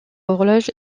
horloge